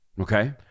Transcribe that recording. Okay